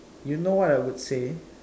you know what I would say